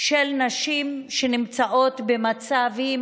של נשים שנמצאות במצבים